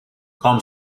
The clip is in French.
comme